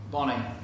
Bonnie